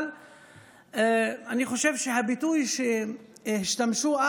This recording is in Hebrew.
אבל אני חושב שהביטוי שהם השתמשו בו